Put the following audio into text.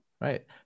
right